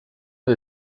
del